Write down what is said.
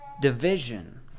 division